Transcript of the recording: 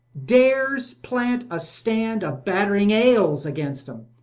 dares plant a stand of batt'ring ale against em,